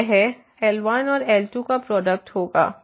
तो यह L1 और L2का प्रोडक्ट होगा